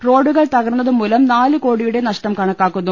റോഡുകൾ തകർന്നതുമൂലം നാലുകോടിയുടെ നഷ്ടം കണക്കാക്കുന്നു